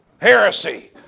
Heresy